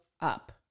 up